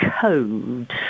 code